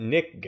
Nick